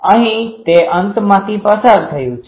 અહીં તે અંતમાંથી પસાર થયું છે